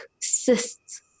Cysts